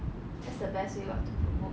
that's the best way [what] to promote